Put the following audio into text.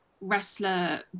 wrestler